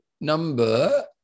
number